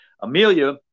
Amelia